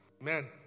Amen